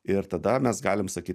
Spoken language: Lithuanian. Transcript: ir tada mes galim sakyt